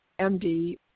MD